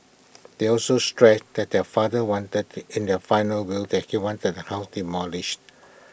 they also stressed that their father want that the in their final will that he wanted the house demolished